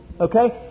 Okay